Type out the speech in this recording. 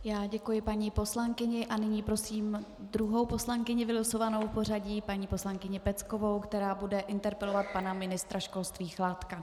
Já děkuji paní poslankyni a nyní prosím druhou poslankyni vylosovanou v pořadí paní poslankyni Peckovou, která bude interpelovat pana ministra školství Chládka.